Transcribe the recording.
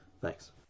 Thanks